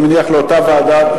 אני מניח לאותה ועדה,